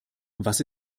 was